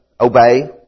obey